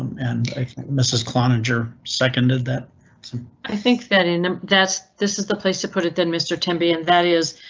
and i think mrs. kline injure seconded that i think that in that this is the place to put it then mr tempe and that is.